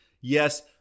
Yes